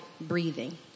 breathing